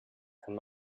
kann